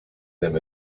them